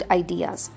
ideas